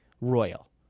Royal